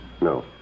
No